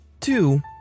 Two